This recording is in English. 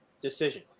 decision